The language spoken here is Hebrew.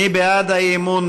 מי בעד האי-אמון?